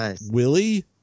Willie